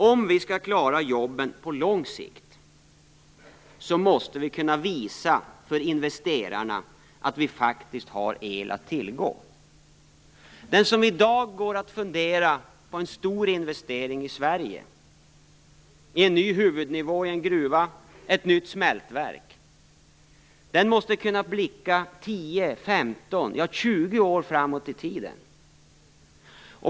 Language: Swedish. Om vi skall klara jobben på lång sikt, måste vi kunna visa för investerarna att vi faktiskt har el att tillgå. Den som i dag går och funderar på en stor investering i Sverige, på en ny huvudnivå i en gruva, på ett nytt smältverk, måste kunna blicka 10, 15, ja 20 år framåt i tiden.